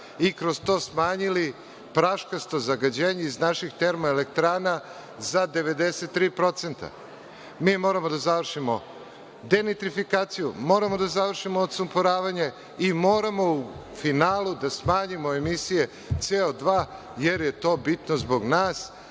i kroz to smanjili praškasto zagađenje iz naših termoelektrana za 93%. Mi moramo da završimo denitrifikaciju, moramo da završimo odsumporavanje, i moramo u finalu da smanjimo emisije SO2, jer je to bitno zbog nas